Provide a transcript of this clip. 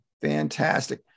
Fantastic